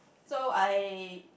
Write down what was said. so I